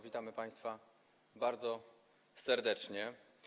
Witam państwa bardzo serdecznie.